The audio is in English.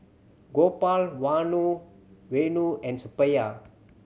Gopal Vanu and Suppiah